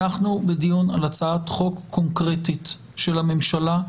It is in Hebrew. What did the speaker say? אנחנו בדיון על הצעת חוק קונקרטית של הממשלה.